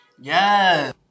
Yes